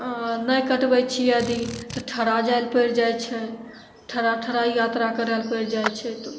आओर नहि कटबै छिए यदि तऽ ठड़ा जाइ ले पड़ि जाइ छै ठड़ा ठड़ा यात्रा करै ले पड़ि जाइ छै तऽ